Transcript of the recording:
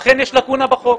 אכן יש לקונה בחוק.